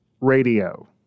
Radio